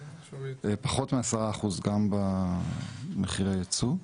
פחות מעשרה אחוז גם במחירי הייצוא.